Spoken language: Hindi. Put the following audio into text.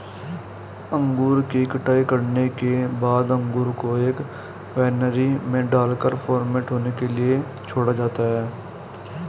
अंगूर की कटाई करने के बाद अंगूर को एक वायनरी में डालकर फर्मेंट होने के लिए छोड़ा जाता है